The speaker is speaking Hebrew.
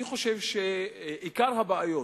אני חושב שעיקר הבעיות